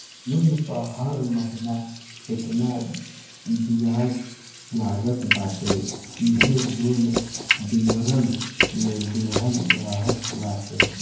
loan पअ हर महिना केतना बियाज लागत बाटे इहो लोन विवरण में देहल रहत बाटे